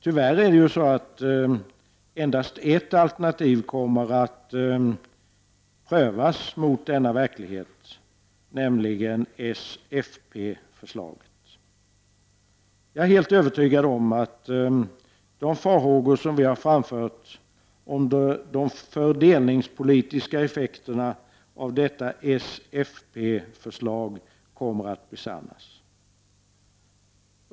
Tyvärr är det ju så att endast ett alternativ kommer att prövas mot denna verklighet, nämligen s-fp-förslaget. Jag är helt övertygad om att de farhågor som vi framfört om de fördelningspolitiska effekterna av detta s-fp-förslag kommer att besannas.